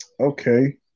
Okay